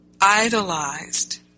idolized